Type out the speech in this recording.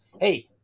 hey